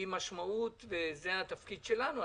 זה התפקיד שלנו,